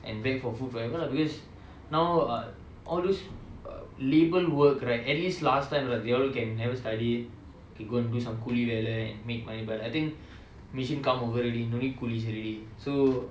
and beg for food forever lah because now uh all those uh labour work right at least last time lah they all can never study can go and do some கூலி வேல:kooli vela and make money but I think machine come over already no need coolies already so